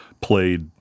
played